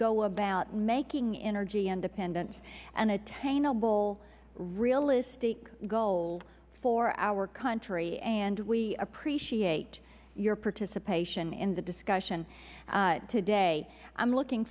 go about making energy independence an attainable realistic goal for our country and we appreciate your participation in the discussion today i am looking